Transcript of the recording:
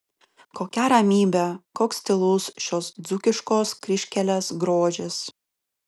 kokia ramybė koks tylus šios dzūkiškos kryžkelės grožis